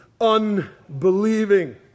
unbelieving